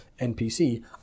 NPC